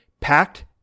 packed